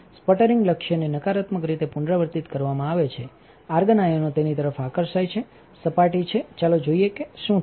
sputtering લક્ષ્યને નકારાત્મક રીતેપુનરાવર્તિત કરવામાં આવે છે અર્ગન આયનો તેની તરફ આકર્ષાય છે સપાટી છે ચાલો જોઈએ કે શું થાય છે